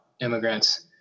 immigrants